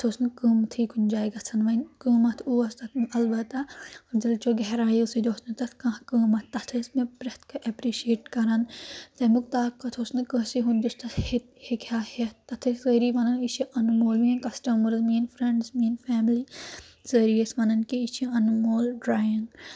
تَتھ اوس نہٕ قۭمتھٕے کُنہِ جایہِ گژھان وۄنۍ قۭمَتھ اوس تَتھ اَلبتہ دِلچو گہرایو سۭتۍ اوس نہٕ تَتھ کانٛہہ قۭمَتھ تَتھ ٲسۍ مےٚ پرؠتھ کانٛہہ ایٚپرِشیٹ کران تَمیُک طاقت اوس نہٕ کٲنٛسہِ ہُنٛد دِژ تَتھ ہیٚکہِ ہا ہیٚتھ تَتھ ٲسۍ سٲری وَنان یہِ چھِ اَنمول میٲنۍ کَسٹمٲرٕز میٲنۍ فرٛؠنٛڈٕز میٲنۍ فیملی سٲری ٲسۍ وَنان کہِ یہِ چھِ اَنمول ڈرایِنگ